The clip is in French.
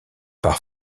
par